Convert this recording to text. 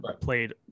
played